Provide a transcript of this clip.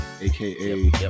aka